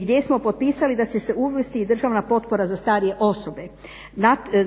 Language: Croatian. gdje smo potpisali da će se uvesti i državna potpora za starije osobe.